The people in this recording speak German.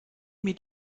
mir